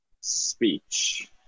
speech